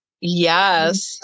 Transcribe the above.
Yes